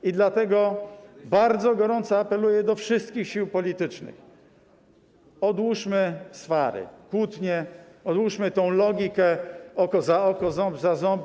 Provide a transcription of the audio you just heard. I dlatego bardzo gorąco apeluję do wszystkich sił politycznych: odłóżmy swary, kłótnie, odłóżmy tę logikę: oko za oko, ząb za ząb.